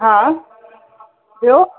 हा ॿियो